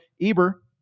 Eber